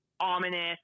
ominous